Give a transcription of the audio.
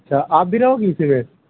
अच्छा आप भी रहोगी उस जगह